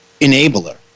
enabler